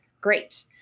great